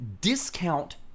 discount